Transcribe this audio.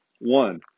One